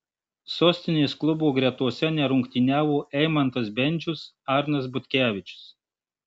sostinės klubo gretose nerungtyniavo eimantas bendžius arnas butkevičius